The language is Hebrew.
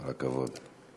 כל הכבוד.